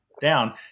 down